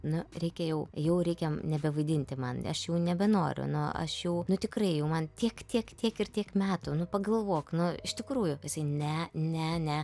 nu reikia jau jau reikia nebevaidinti man aš jau nebenoriu nu aš jau tikrai jau man tiek tiek tiek ir tiek metų nu pagalvok nu iš tikrųjų jisai ne ne